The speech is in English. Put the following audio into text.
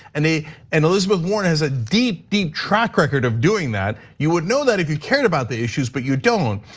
and and elizabeth warren has a deep deep track record of doing that. you would know that if you cared about the issues, but you don't.